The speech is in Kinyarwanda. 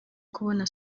kubona